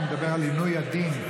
הוא מדבר על עינוי הדין,